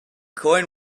coin